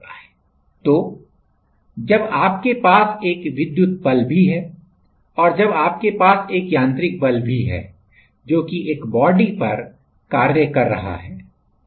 तो जब आपके पास एक विद्युत बल भी है और जब आपके पास एक यांत्रिक बल भी जो कि एक बाडी पर कार्य कर रहा है